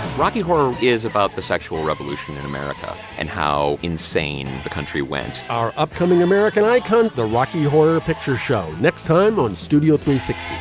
rocky horror is about the sexual revolution in america and how insane the country went. our upcoming american icon the rocky horror picture show next time on studio three